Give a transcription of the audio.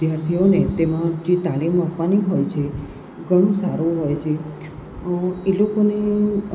વિદ્યાર્થીઓને તેમાં જે તાલીમ આપવાની હોય છે ઘણું સારું હોય છે એ લોકોને